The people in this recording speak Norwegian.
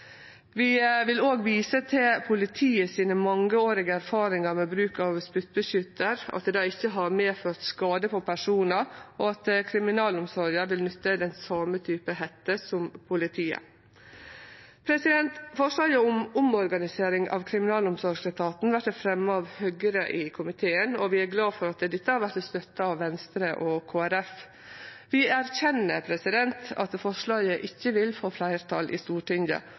vil òg vise til politiet sine mangeårige erfaringar med bruk av spyttbeskyttar, at det ikkje har medført skade på personar, og at kriminalomsorga vil nytte den same typen hette som politiet. Forslaget om omorganisering av kriminalomsorgsetaten vert fremja av Høgre i komiteen, og vi er glade for at dette vert støtta av Venstre og Kristeleg Folkeparti. Vi erkjenner at forslaget ikkje vil få fleirtal i Stortinget,